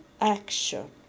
action